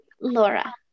Laura